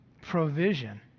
provision